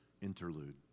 interlude